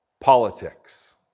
politics